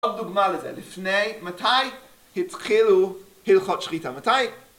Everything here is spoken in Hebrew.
עוד דוגמא לזה לפני מתי התחילו הלכות שחיטה מתי